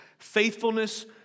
faithfulness